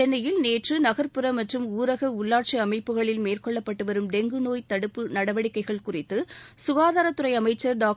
சென்னையில் நேற்று நகர்ப்புற மற்றும் ஊரக உள்ளாட்சி அமைப்புகளில் மேற்கொள்ளப்பட்டு வரும் டெங்கு நோய் தடுப்பு நடவடிக்கைகள் குறித்து குகாதாரத்துறை அமைச்சர் திரு